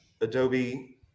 Adobe